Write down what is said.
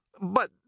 But